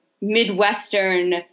Midwestern